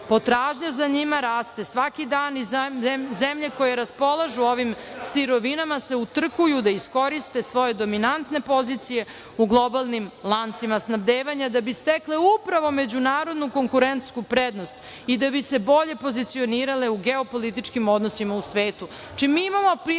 Potražnja za njima raste svaki dan i zemlje koje raspolažu ovim sirovinama se utrkuju da iskoriste svoje dominantne pozicije u globalnim lancima snabdevanja da bi stekle, upravo, međunarodnu konkurentsku prednost i da bi se bolje pozicionirale u geopolitičkim odnosima u svetu. Znači,